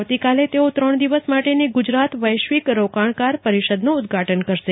આવતીકાલે તેઓ ત્રણ દિવસ માટેની ગુજરાત વૈશ્વિક રોકાણકાર પરિષદન્ં ઉદ્દઘાટન કરશે